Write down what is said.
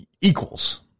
equals